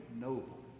noble